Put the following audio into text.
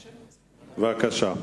בבקשה.